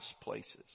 places